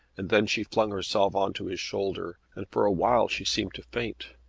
and then she flung herself on to his shoulder, and for a while she seemed to faint.